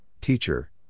Teacher